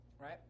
right